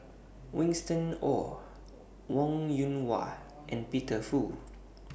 Winston Oh Wong Yoon Wah and Peter Fu